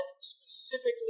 specifically